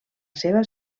seva